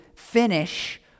finish